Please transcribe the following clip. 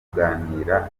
kuganira